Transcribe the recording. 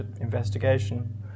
investigation